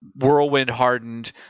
whirlwind-hardened